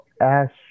Ash